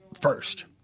first